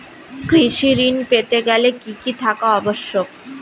কৃষি ঋণ পেতে গেলে কি কি থাকা আবশ্যক?